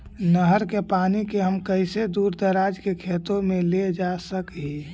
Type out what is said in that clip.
नहर के पानी के हम कैसे दुर दराज के खेतों में ले जा सक हिय?